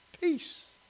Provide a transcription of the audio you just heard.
Peace